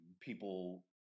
People